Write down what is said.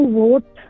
vote